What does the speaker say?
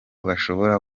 bashobora